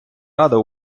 рада